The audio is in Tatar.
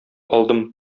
алдым